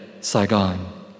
Saigon